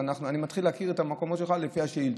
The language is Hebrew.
ואני מתחיל להכיר את המקומות שלך לפי השאילתות.